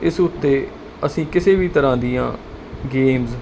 ਇਸ ਉੱਤੇ ਅਸੀਂ ਕਿਸੇ ਵੀ ਤਰ੍ਹਾਂ ਦੀਆਂ ਗੇਮਸ